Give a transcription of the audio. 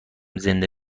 زنده